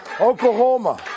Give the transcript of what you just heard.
Oklahoma